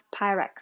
Pyrex